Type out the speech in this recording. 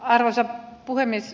arvoisa puhemies